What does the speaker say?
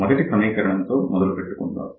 మొదటి సమీకరణం తో మొదలు పెట్టుకుందాం